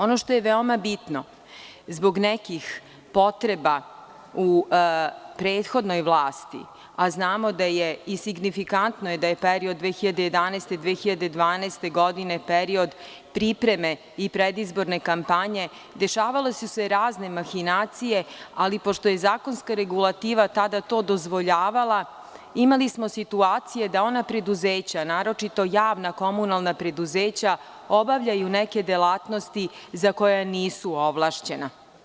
Ono što je veoma bitno zbog nekih potreba u prethodnoj vlasti, a znamo da je isignifikantno da je period 2011, 2012. godine period pripreme i predizborne kampanje, dešavale su se razne mahinacije, ali pošto je zakonska regulativa tada todozvoljavala, imali smo situacije da ona preduzeća naročito javna komunalna preduzeća obavljaju neke delatnosti za koje nisu ovlašćena.